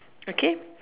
okay